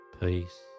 Peace